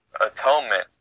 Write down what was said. atonement